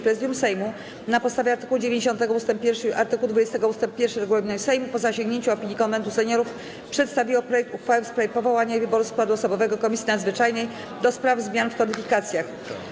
Prezydium Sejmu, na podstawie art. 90 ust. 1 i art. 20 ust. 1 regulaminu Sejmu, po zasięgnięciu opinii Konwentu Seniorów, przedstawiło projekt uchwały w sprawie powołania i wyboru składu osobowego Komisji Nadzwyczajnej ds. zmian w kodyfikacjach.